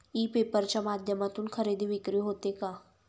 E paper च्या माध्यमातून खरेदी विक्री होते का?